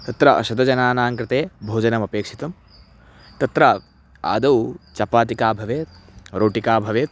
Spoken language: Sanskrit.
तत्र शतजनानां कृते भोजनम् अपेक्षितं तत्र आदौ चपातिका भवेत् रोटिका भवेत्